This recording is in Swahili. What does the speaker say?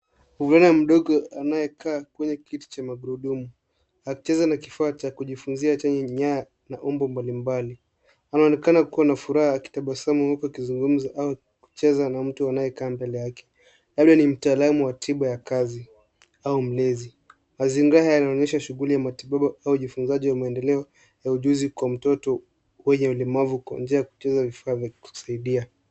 Mvulana mdogo anayekaa kwenye kiti cha magurudumu akicheza na kifaa cha kujifunzia chenye nyaya na umbo mbalimbali. Anaonekana kuwa na furaha akitabasamu huku akizungumza au kucheza na mtu anayekaa mbele yake labda ni mtaalamu wa tiba ya kazi au mlezi. Mazingira haya yanaonyesha sehemu ya matibabu au ujifunzaji wa maendeleo wa ujuzi kwa mtoto mwenye ulemavu kwa njia ya kucheza na vifaa vya kusaidia.